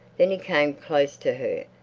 then he came close to her,